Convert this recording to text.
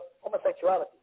homosexuality